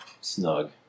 snug